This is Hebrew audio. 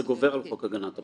זה גובר על חוק הגנת הפרטיות.